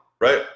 right